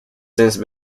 since